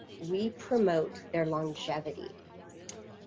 we promote their longevity